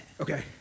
Okay